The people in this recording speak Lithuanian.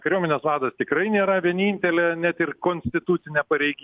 kariuomenės vadas tikrai nėra vienintelė net ir konstitucinė pareigy